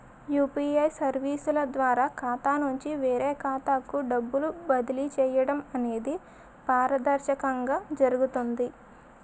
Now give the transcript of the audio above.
UPA సర్వీసుల ద్వారా ఖాతా నుంచి వేరే ఖాతాకు డబ్బులు బదిలీ చేయడం అనేది పారదర్శకంగా జరుగుతుంది